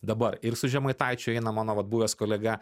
dabar ir su žemaitaičiu eina mano vat buvęs kolega